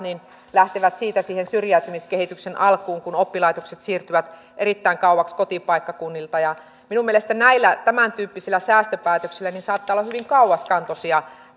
lähtevät syrjäytymiskehityksen alkuun kun oppilaitokset siirtyvät erittäin kauaksi kotipaikkakunnalta minun mielestäni näillä tämäntyyppisillä säästöpäätöksillä saattaa olla hyvin kauaskantoisia